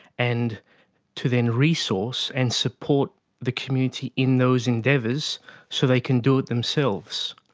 and to then resource and support the community in those endeavours so they can do it themselves.